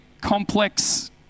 complex